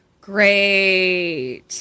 Great